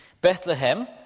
Bethlehem